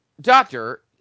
Doctor